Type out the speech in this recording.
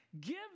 give